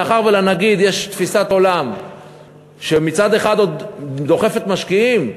מאחר שלנגיד יש תפיסת עולם שמצד אחד עוד דוחפת משקיעים,